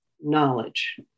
knowledge